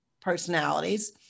personalities